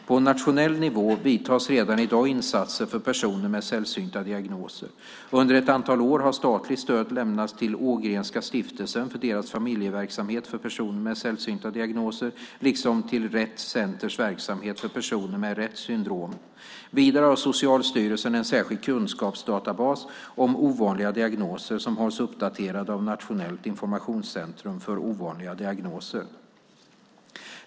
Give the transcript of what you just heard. På nationell nivå görs redan i dag insatser för personer med sällsynta diagnoser. Under ett antal år har statligt stöd lämnats till Ågrenska stiftelsen för deras familjeverksamhet för personer med sällsynta diagnoser, liksom till Rett Centers verksamhet för personer med Retts syndrom. Vidare har Socialstyrelsen en särskild kunskapsdatabas om ovanliga diagnoser som hålls uppdaterad av Nationellt informationscentrum för ovanliga diagnoser.